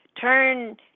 Turn